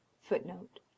FOOTNOTE